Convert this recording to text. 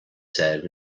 said